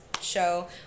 show